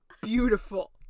beautiful